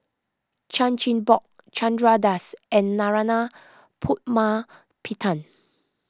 Chan Chin Bock Chandra Das and Narana Putumaippittan